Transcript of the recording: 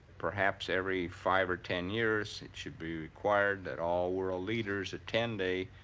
perhaps every five or ten years it should be required that all world leaders attend a